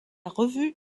revue